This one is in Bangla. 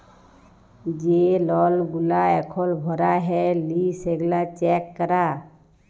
যে লল গুলা এখল ভরা হ্যয় লি সেগলা চ্যাক করা